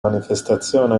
manifestazione